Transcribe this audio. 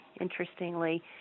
interestingly